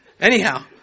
Anyhow